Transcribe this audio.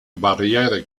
barriere